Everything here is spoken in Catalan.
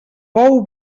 bou